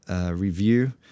review